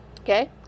Okay